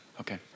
Okay